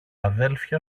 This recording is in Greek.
αδέλφια